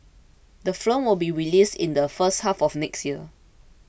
the film will be released in the first half of next year